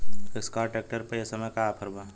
Escort tractor पर ए समय का ऑफ़र बा?